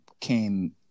came